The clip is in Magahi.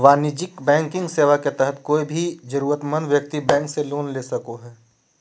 वाणिज्यिक बैंकिंग सेवा के तहत कोय भी जरूरतमंद व्यक्ति बैंक से लोन ले सको हय